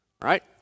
right